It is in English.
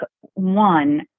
one